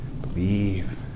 Believe